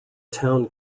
town